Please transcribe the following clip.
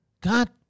God